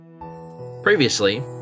Previously